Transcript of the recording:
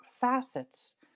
facets